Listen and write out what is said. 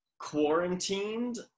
quarantined